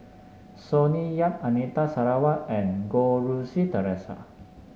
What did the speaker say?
Sonny Yap Anita Sarawak and Goh Rui Si Theresa